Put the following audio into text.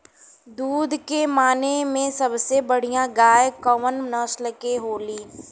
दुध के माने मे सबसे बढ़ियां गाय कवने नस्ल के होली?